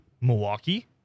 Milwaukee